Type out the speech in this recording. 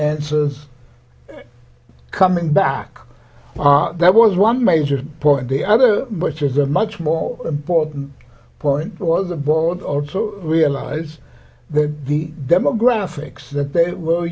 answers coming back on that was one major point the other which is a much more important point was the board also realize that the demographics that they were